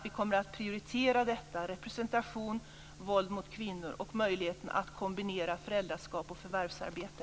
Vi kommer att prioritera frågorna om representation, våld mot kvinnor och möjligheten att kombinera föräldraskap och förvärvsarbete.